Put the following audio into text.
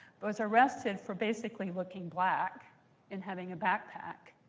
but was arrested for basically looking black and having a backpack,